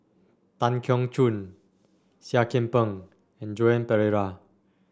Tan Keong Choon Seah Kian Peng and Joan Pereira